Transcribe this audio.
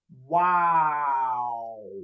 Wow